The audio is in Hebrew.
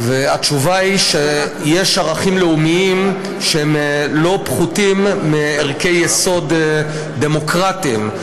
התשובה היא שיש ערכים לאומיים שהם לא פחותים מערכי יסוד דמוקרטיים.